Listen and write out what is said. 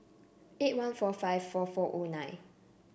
eight one four five four four O nine